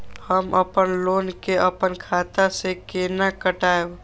हम अपन लोन के अपन खाता से केना कटायब?